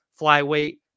flyweight